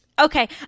okay